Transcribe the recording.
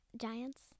Giants